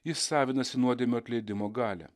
ji savinasi nuodėmių atleidimo galią